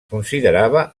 considerava